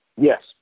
Yes